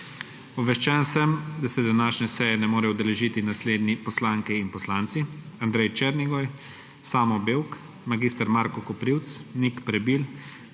Obveščen sem, da se današnje seje ne morejo udeležiti naslednje poslanke in poslanci: Andrej Černigoj, Samo Bevk, mag. Marko Koprivc, Nik Prebil,